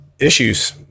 issues